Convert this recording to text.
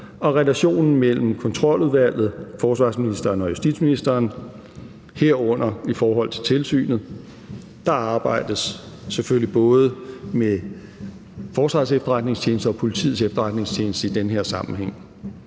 og relationen mellem Kontroludvalget, forsvarsministeren og justitsministeren, herunder i forhold til tilsynet. Der arbejdes selvfølgelig både med Forsvarets Efterretningstjeneste og Politiets Efterretningstjeneste i den her sammenhæng.